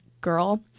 girl